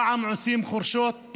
פעם עושים חורשות,